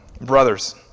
Brothers